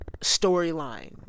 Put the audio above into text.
storyline